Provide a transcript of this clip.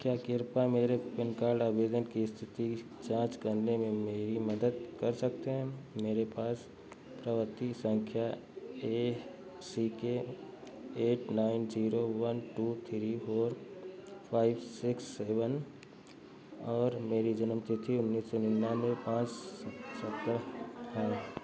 क्या आप कृपया मेरे पैन कार्ड आवेदन की इस्थिति की जाँच करने में मेरी मदद कर सकते हैं मेरे पास पावती सँख्या A C K eight nine zero one two three four five six seven है और मेरी जन्म तिथि उन्नीस सौ निन्यानवे पाँच सतरह है